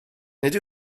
nid